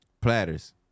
Platters